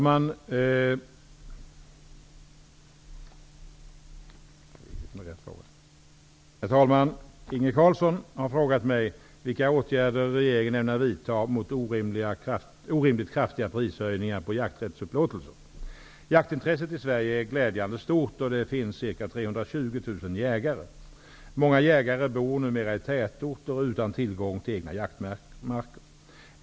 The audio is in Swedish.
Herr talman! Inge Carlsson har frågat mig vilka åtgärder regeringen ämnar vidta mot orimligt kraftiga prishöjningar på jakträttsupplåtelser. Jaktintresset i Sverige är glädjande stort och det finns ca 320 000 jägare. Många jägare bor numera i tätorter utan tillgång till egna jaktmarker.